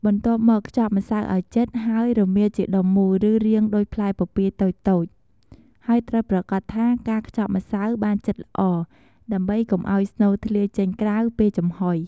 បន្ទាប់មក ខ្ទប់ម្សៅឲ្យជិត ហើយរមៀលជាដុំមូល ឬរាងដូចផ្លែពពាយតូចៗ ហើយត្រូវប្រាកដថាការខ្ទប់ម្សៅបានជិតល្អ ដើម្បីកុំឲ្យស្នូលធ្លាយចេញក្រៅពេលចំហុយ។